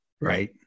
Right